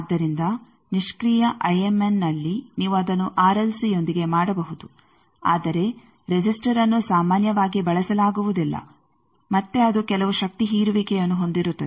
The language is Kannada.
ಆದ್ದರಿಂದ ನಿಷ್ಕ್ರಿಯ ಐಎಮ್ಎನ್ನಲ್ಲಿ ನೀವು ಅದನ್ನು ಆರ್ ಎಲ್ ಸಿಯೊಂದಿಗೆ ಮಾಡಬಹುದು ಆದರೆ ರೆಸಿಸ್ಟರ್ಅನ್ನು ಸಾಮಾನ್ಯವಾಗಿ ಬಳಸಲಾಗುವುದಿಲ್ಲ ಮತ್ತೆ ಅದು ಕೆಲವು ಶಕ್ತಿ ಹೀರುವಿಕೆಯನ್ನು ಹೊಂದಿರುತ್ತದೆ